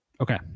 Okay